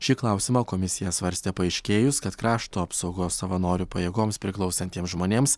šį klausimą komisija svarstė paaiškėjus kad krašto apsaugos savanorių pajėgoms priklausantiems žmonėms